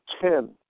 ten